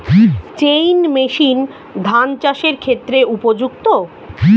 Chain machine ধান চাষের ক্ষেত্রে উপযুক্ত?